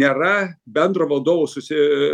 nėra bendro vadovų susi